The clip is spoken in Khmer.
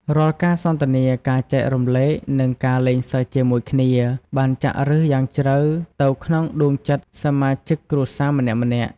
រាល់ការសន្ទនា ការចែករំលែក និងការលេងសើចជាមួយគ្នា បានចាក់ឬសយ៉ាងជ្រៅទៅក្នុងដួងចិត្តសមាជិកគ្រួសារម្នាក់ៗ។